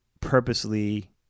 purposely